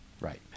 Right